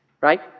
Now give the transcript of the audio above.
right